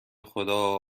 خدا